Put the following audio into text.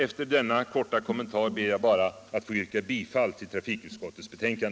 Efter denna korta kommentar ber jag att få yrka bifall till utskottets hemställan.